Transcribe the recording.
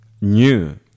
new